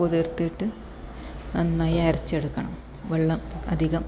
കുതിർത്തിട്ട് നന്നായി അരച്ചെടുക്കണം വെള്ളം അധികം